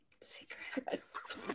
Secrets